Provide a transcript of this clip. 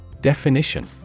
Definition